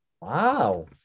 Wow